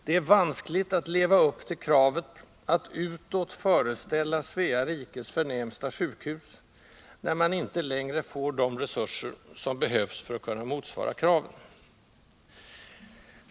Det är vanskligt att leva upp till kravet att utåt föreställa Svea rikes förnämsta sjukhus, när man inte längre får de resurser som behövs för att kunna motsvara kraven.